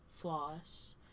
floss